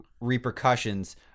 repercussions